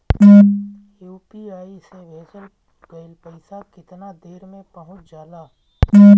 UPI से भेजल गईल पईसा कितना देर में पहुंच जाला?